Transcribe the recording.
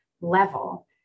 level